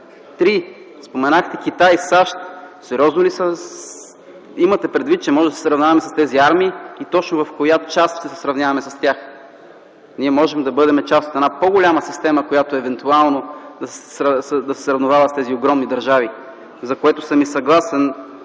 Споменахте Китай и САЩ. Сериозно ли имате предвид, че можем да се сравняваме с тези армии и точно в коя част ще се сравняваме с тях? Ние можем да бъдем част от една по-голяма система, която евентуално да се сравнява с тези огромни държави, за което съм съгласен